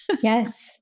Yes